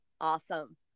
Awesome